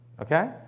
Okay